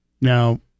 now